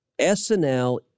SNL